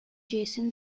jason